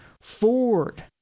Ford